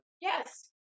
Yes